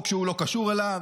בחוק שהוא לא קשור אליו.